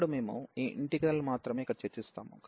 ఇప్పుడు మేము ఈ ఇంటిగ్రల్ ను మాత్రమే ఇక్కడ చర్చిస్తాము